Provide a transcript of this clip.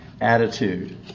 attitude